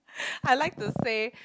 I like to say